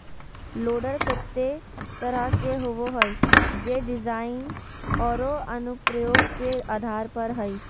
loader केते तरह के होबो हइ, जे डिज़ाइन औरो अनुप्रयोग के आधार पर हइ